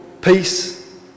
Peace